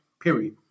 period